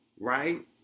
Right